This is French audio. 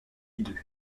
hideux